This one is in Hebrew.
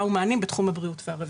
ומענים בתחום הבריאות והרווחה...".